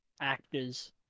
actors